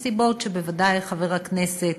מסיבות שבוודאי חבר הכנסת